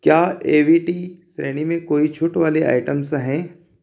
क्या A V T श्रेणी में कोई छूट वाली आइटम्स हैं